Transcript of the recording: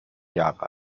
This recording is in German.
jahre